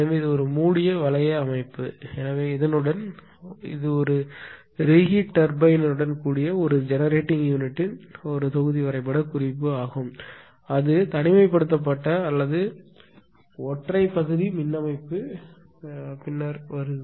எனவே இது ஒரு மூடிய வளைய அமைப்பு எனவே இதனுடன் இது ஒரு ரீஹீட் டர்பைனுடன் கூடிய ஒரு ஜெனரேட்டிங் யூனிட்டின் ஒரு தொகுதி வரைபட குறிப்பு ஆகும் அது தனிமைப்படுத்தப்பட்ட அல்லது ஒற்றை பகுதி மின் அமைப்பு பின்னர் வரும்